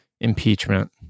impeachment